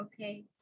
Okay